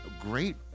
great